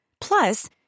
Plus